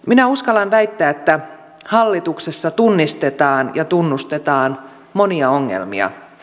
minä uskallan väittää että hallituksessa tunnistetaan ja tunnustetaan monia ongelmia